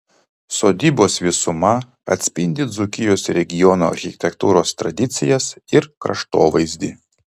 sodybos visuma atspindi dzūkijos regiono architektūros tradicijas ir kraštovaizdį